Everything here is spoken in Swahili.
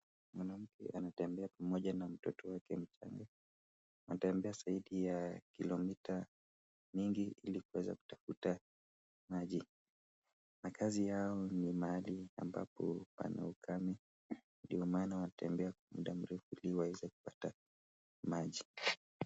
Mwanamke anatembea pamoja na mtoto wake mchanga. Wanatembea zaidi ya kilomita nyingi ili kuweza kutafuta maji. Makaazi yao ni mahali ambapo pana ukame ndio maana, wanatembea muda mrefu ili waweze kupata maji.